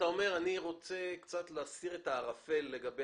אתה אומר שאתה רוצה להסיר את הערפל לגבי